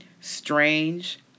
Strange